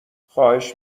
خواهش